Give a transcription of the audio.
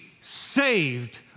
saved